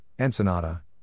Ensenada